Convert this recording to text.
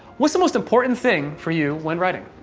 what's the most important thing for you when writing?